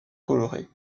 colorés